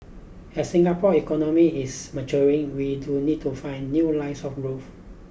as Singapore economy is maturing we do need to find new lines of growth